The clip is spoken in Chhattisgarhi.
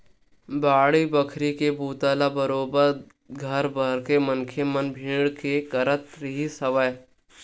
बाड़ी बखरी के बूता ल बरोबर घर भरके मनखे मन भीड़ के करत रिहिस हवय